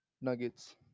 Nuggets